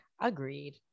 Agreed